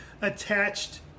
attached